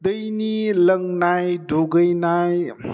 दैनि लोंनाय दुगैनाय